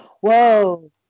whoa